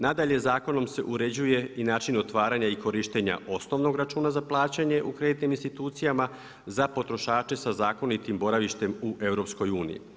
Nadalje zakonom se uređuje i način otvaranja i korištenja osnovnog računa za plaćanje u kreditnim institucijama za potrošače sa zakonitim boravištem u EU.